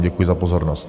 Děkuji za pozornost.